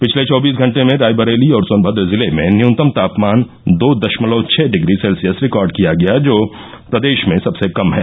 पिछले चौबीस घंटे में रायबरेली और सोनभद्र जिले में न्यूनतम तापमान दो दशमलव छ ंडिग्री सेल्सियस रिकार्ड किया गया जो प्रदेश में सबसे कम है